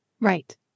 right